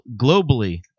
globally